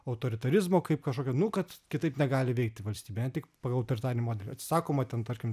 autoritarizmo kaip kažkokio nu kad kitaip negali veikti valstybė ne tik pagal autoritarinį modelį atsisakoma ten tarkim